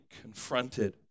confronted